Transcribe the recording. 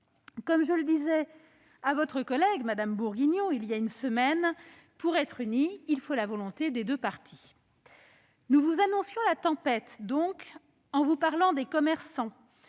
Comme je le disais à votre collègue Mme Bourguignon il y a une semaine, pour être unis, il faut la volonté des deux parties. Nous vous annoncions la tempête en vous parlant des commerçants,